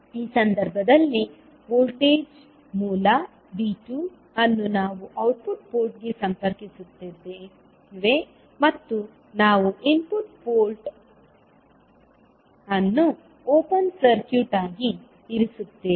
ಈ ಸಂದರ್ಭದಲ್ಲಿ ವೋಲ್ಟೇಜ್ ಮೂಲ V2 ಅನ್ನು ಔಟ್ಪುಟ್ ಪೋರ್ಟ್ಗೆ ಸಂಪರ್ಕಿಸುತ್ತದೆ ಮತ್ತು ನಾವು ಇನ್ಪುಟ್ ಪೋರ್ಟ್ ಅನ್ನು ಓಪನ್ ಸರ್ಕ್ಯೂಟ್ ಆಗಿ ಇರಿಸುತ್ತೇವೆ